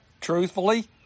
Truthfully